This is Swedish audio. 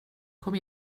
kom